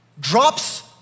drops